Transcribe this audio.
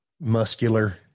muscular